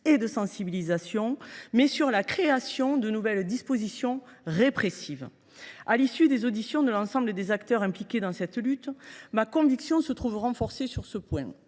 et de sensibilisation, mais sur la création de nouvelles dispositions répressives. À l’issue des auditions de l’ensemble des acteurs impliqués dans cette lutte, ma conviction se trouve renforcée sur un point